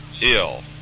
ill